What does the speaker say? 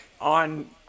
on